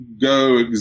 go